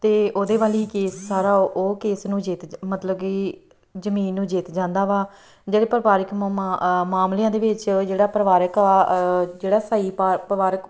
ਅਤੇ ਉਹਦੇ ਵੱਲ ਹੀ ਕੇਸ ਸਾਰਾ ਉਹ ਉਹ ਕੇਸ ਨੂੰ ਜਿੱਤ ਮਤਲਬ ਕਿ ਜਮੀਨ ਨੂੰ ਜਿੱਤ ਜਾਂਦਾ ਵਾ ਜਿਹੜੇ ਪਰਿਵਾਰਿਕ ਮਾਮਲਿਆਂ ਦੇ ਵਿੱਚ ਜਿਹੜਾ ਪਰਿਵਾਰਿਕ ਆ ਜਿਹੜਾ ਸਹੀ ਪਾ ਪਵਾਰਕ